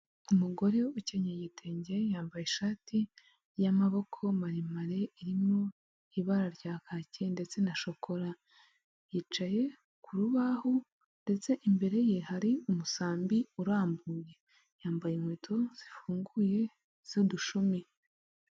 Umugore ukenyeye igitenge yambaye ishati y'amaboko maremare irimo ibara rya kake ndetse na shokora yicaye ku rubaho ndetse imbere ye hari umusambi urambuye yambaye inkweto zifunguye z'udushumi.